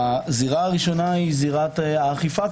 הזירה הראשונה היא זירת האכיפה.